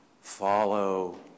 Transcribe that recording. follow